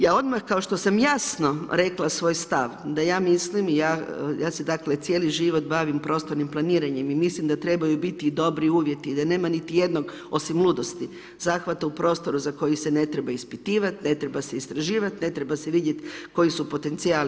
Ja odmah kao što sam jasno rekla svoj stav da ja mislim i j se cijeli život bavim prostornim planiranjem i mislim da trebaju biti dobri uvjeti, da nema niti jednog osim ludosti zahvata u prostoru za koji se ne treba ispitivati, ne treba se istraživati, ne treba se vidjeti koji su potencijali.